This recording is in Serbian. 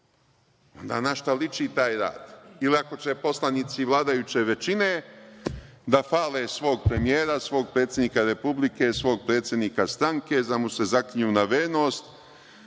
na šta liči taj rad ili ako će poslanici vladajuće većine da hvale svog premijera, svog predsednika Republike, svog predsednika stranke, da mu se zaklinju na vernost